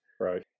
Right